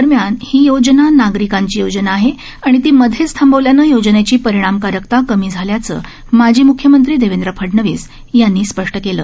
दरम्यान ही योजना नागरिकांची योजना आहे आणि ती मध्येच थांबवल्यानं योजनेची परिणामकारकता कमी झाल्याचं माजी मुख्यमंत्री देवेद्र फडनवीस यांनी स्पष्ट केलं